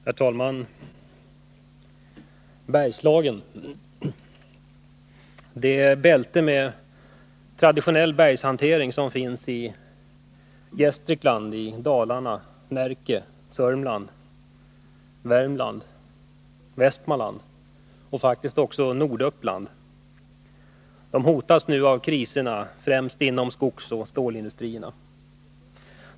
Herr talman! Bergslagen, dvs. det bälte med traditionell bergshantering som finns i landskapen Gästrikland, Dalarna, Närke, Södermanland, Värmland, Västmanland och faktiskt också i Norduppland, hotas nu av kriserna, främst inom skogsoch stålindustrierna.